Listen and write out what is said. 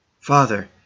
Father